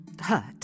hurt